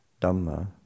Dhamma